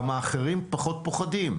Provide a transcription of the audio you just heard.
גם האחרים פחות פוחדים.